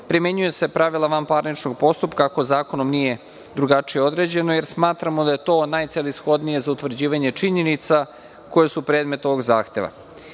zakona. Primenjuju se pravila vanparničnog postupka ako zakonom nije drugačije određeno, jer smatramo da je to najcelishodnije za utvrđivanje činjenica koje su predmet ovog zahteva. Sud